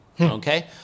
Okay